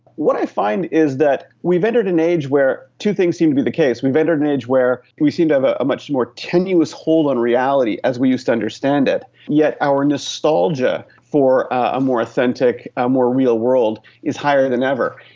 what i find is that we have entered an age where two things seem to be the case. we have entered an age where we seem to have ah a much more tenuous hold on reality as we used to understand it, yet our nostalgia for a more authentic, ah more real world is higher than ever.